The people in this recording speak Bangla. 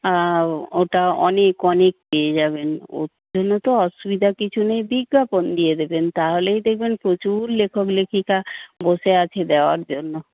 ওটা অনেক অনেক পেয়ে যাবেন ওর জন্য তো অসুবিধা কিছু নেই বিজ্ঞাপন দিয়ে দেবেন তাহলেই দেখবেন প্রচুর লেখক লেখিকা বসে আছে দেওয়ার জন্য